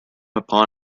upon